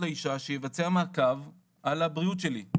לאישה שיבצע מעקב על הבריאות שלי..".